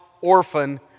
orphan